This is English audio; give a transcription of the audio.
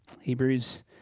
Hebrews